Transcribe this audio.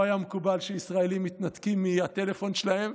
לא היה מקובל שישראלים מתנתקים מהטלפון שלהם,